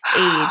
age